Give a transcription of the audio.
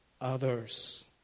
others